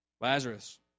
Lazarus